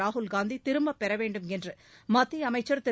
ராகுல் காந்தி திரும்பப் பெறவேண்டும் என்று மத்திய அமைச்சர் திரு